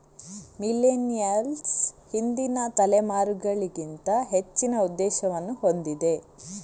millennials ಹಿಂದಿನ ತಲೆಮಾರುಗಳಿಗಿಂತ ಹೆಚ್ಚಿನ ಉದ್ದೇಶವನ್ನು ಹೊಂದಿದೆ